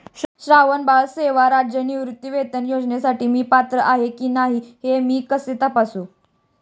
श्रावणबाळ सेवा राज्य निवृत्तीवेतन योजनेसाठी मी पात्र आहे की नाही हे मी कसे तपासू?